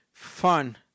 Fun